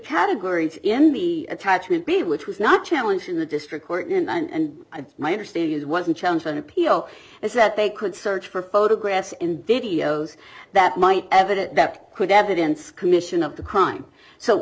the attachment b which was not challenge in the district court and my understanding is wasn't challenge an appeal is that they could search for photographs and videos that might evidence that could evidence commission of the crime so